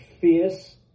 fierce